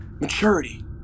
Maturity